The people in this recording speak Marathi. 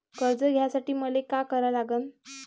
कर्ज घ्यासाठी मले का करा लागन?